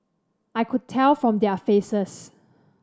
I could tell from their faces